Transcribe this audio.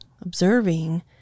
observing